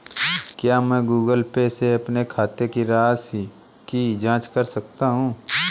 क्या मैं Google Pay से अपने खाते की शेष राशि की जाँच कर सकता हूँ?